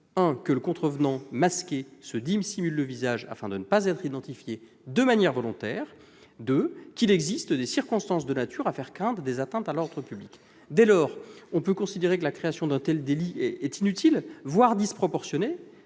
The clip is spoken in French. que le contrevenant masqué se dissimule le visage afin de ne pas être identifié, de manière volontaire ; en second lieu, qu'il existe des « circonstances de nature à faire craindre des atteintes à l'ordre public ». Dès lors, on peut considérer que la création d'un tel délit est inutile, voire disproportionnée,